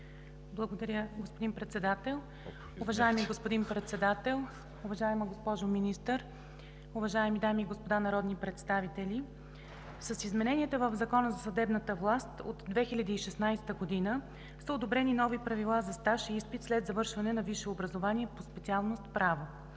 Благодаря, господин Председател. Уважаеми господин Председател, уважаема госпожо Министър, уважаеми дами и господа народни представители! С измененията в Закона за съдебната власт от 2016 г. са одобрени нови правила за стаж и изпит след завършване на висше образование по специалност „Право“.